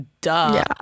duh